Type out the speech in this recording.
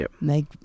make